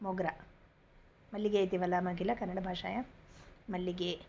मोग्रा मल्लिगे इति वदामः किल कन्नडभाषाया मल्लिगे